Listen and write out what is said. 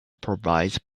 provides